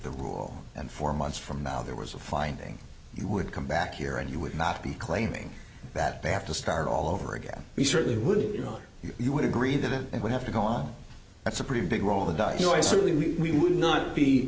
the rule and four months from now there was a finding you would come back here and you would not be claiming that they have to start all over again we certainly would you know you would agree that it would have to go on that's a pretty big roll the dice you know i certainly we would not be